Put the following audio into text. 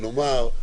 אני רוצה לומר ככה.